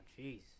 Jeez